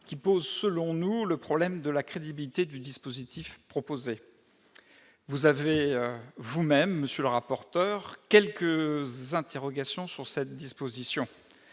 qui pose, selon nous, le problème de la crédibilité du dispositif proposé, vous avez vous-même, monsieur le rapporteur, quelques interrogations sur cette disposition,